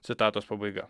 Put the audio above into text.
citatos pabaiga